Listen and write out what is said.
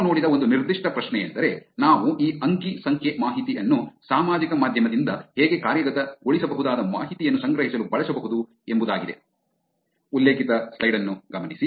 ನಾವು ನೋಡಿದ ಒಂದು ನಿರ್ದಿಷ್ಟ ಪ್ರಶ್ನೆಯೆಂದರೆ ನಾವು ಈ ಅಂಕಿ ಸಂಖ್ಯೆ ಮಾಹಿತಿ ಅನ್ನು ಸಾಮಾಜಿಕ ಮಾಧ್ಯಮದಿಂದ ಹೇಗೆ ಕಾರ್ಯಗತಗೊಳಿಸಬಹುದಾದ ಮಾಹಿತಿಯನ್ನು ಸಂಗ್ರಹಿಸಲು ಬಳಸಬಹುದು ಎಂಬುದಾಗಿದೆ